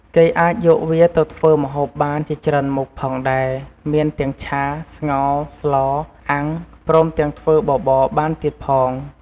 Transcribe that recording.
គេអាចយកវាទៅធ្វើម្ហូបបានជាច្រើនមុខផងដែរមានទាំងឆា ស្ងោរ ស្ល អាំង ព្រមទាំងធ្វើបបរបានទៀតផង។